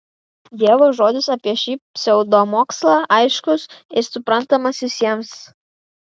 dievo žodis apie šį pseudomokslą aiškus ir suprantamas visiems